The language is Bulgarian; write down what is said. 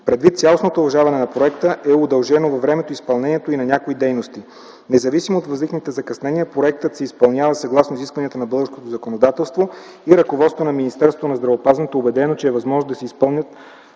Предвид цялостното удължаване на проекта е удължен във времето изпълнението и на някои дейности. Независимо от възникналите закъснения, проектът се изпълнява, съгласно изискванията на българското законодателство и ръководството на Министерството на здравеопазването е убедено, че е възможно да се изпълнят